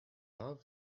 love